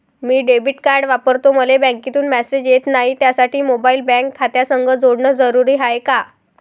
मी debit card वापरतो मले बँकेतून मॅसेज येत नाही, त्यासाठी मोबाईल बँक खात्यासंग जोडनं जरुरी हाय का?